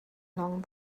along